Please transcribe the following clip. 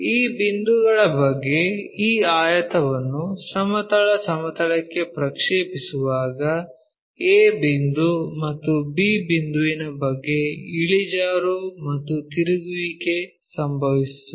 ಈ ಬಿಂದುಗಳ ಬಗ್ಗೆ ಈ ಆಯತವನ್ನು ಸಮತಲ ಸಮತಲಕ್ಕೆ ಪ್ರಕ್ಷೇಪಿಸುವಾಗ a ಬಿಂದು ಮತ್ತು b ಬಿಂದುವಿನ ಬಗ್ಗೆ ಇಳಿಜಾರು ಮತ್ತು ತಿರುಗುವಿಕೆ ಸಂಭವಿಸುತ್ತದೆ